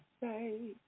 Say